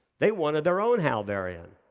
they wanted their own hal varian.